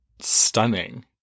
stunning